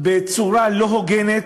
בצורה לא הוגנת.